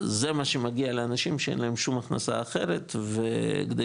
זה מה שמגיע לאנשים שאין להם שום הכנסה אחרת וכדי